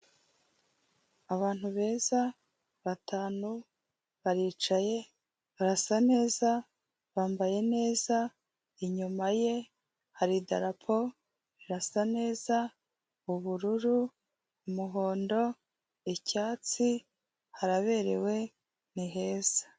Abantu beza batanu, baricaye barasa neza, bambaye neza, inyuma ye hari idarapo rirasa neza, ubururu, umuhondo, icyatsi haraberewe ni heza,